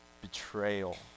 betrayal